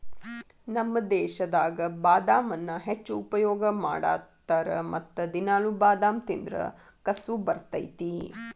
ನಮ್ಮ ದೇಶದಾಗ ಬಾದಾಮನ್ನಾ ಹೆಚ್ಚು ಉಪಯೋಗ ಮಾಡತಾರ ಮತ್ತ ದಿನಾಲು ಬಾದಾಮ ತಿಂದ್ರ ಕಸು ಬರ್ತೈತಿ